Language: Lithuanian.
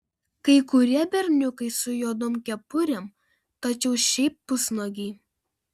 kai kurie berniukai su juodom kepurėm tačiau šiaip pusnuogiai